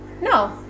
No